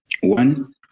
One